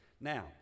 now